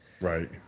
Right